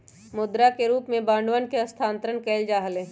मुद्रा के रूप में बांडवन के स्थानांतरण कइल जा हलय